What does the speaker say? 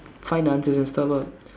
find the answers and stuff lah